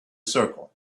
circle